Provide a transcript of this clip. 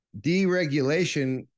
deregulation